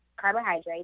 carbohydrates